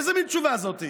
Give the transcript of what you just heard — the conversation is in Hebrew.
איזו מין תשובה זו?